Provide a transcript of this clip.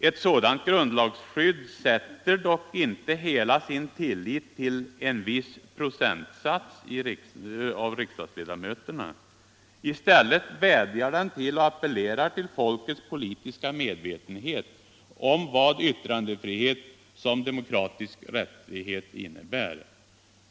Ett sådant grundlagsskydd sätter inte heller hela sin tillit till en viss procentsats av riksdagsledamöterna. I stället appellerar den till folkets politiska medvetenhet om vad yttrandefrihet som demokratisk rättighet innebär.